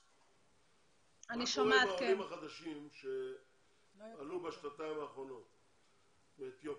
מה קורה עם העולים החדשים שעלו בשנתיים האחרונות מאתיופיה?